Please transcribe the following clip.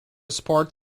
support